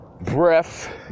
breath